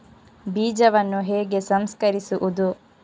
ಬೀಜವನ್ನು ಹೇಗೆ ಸಂಸ್ಕರಿಸುವುದು?